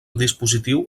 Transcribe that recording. dispositiu